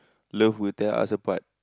love will tear us apart